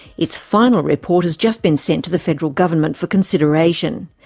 its final report has just been sent to the federal government for consideration.